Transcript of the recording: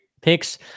picks